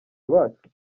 abacu